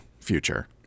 future